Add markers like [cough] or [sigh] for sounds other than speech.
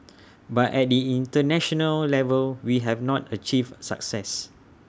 [noise] but at the International level we have not achieved A success